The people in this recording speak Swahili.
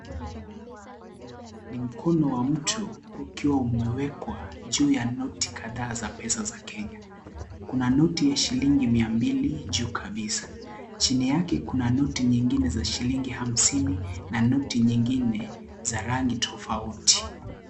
Ni mkono wa mtu ukiwa umewekwa juu ya noti kadhaa za pesa za Kenya, kuna noti ya shilingi mia mbili juu kabisa, chini yake kuna noti nyingine za shilingi hamsini na noti nyingine za rangi tofauti.